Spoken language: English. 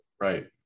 right